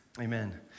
Amen